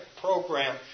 program